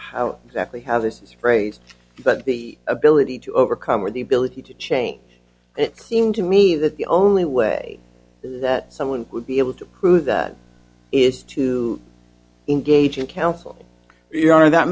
how exactly how this phrase but the ability to overcome or the ability to change it seemed to me that the only way that someone would be able to prove that is to engage in counsel you know that